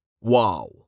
Wow